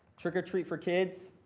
trick or treat for kids,